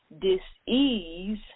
dis-ease